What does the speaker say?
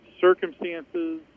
circumstances